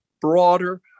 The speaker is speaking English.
broader